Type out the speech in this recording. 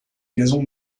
gazon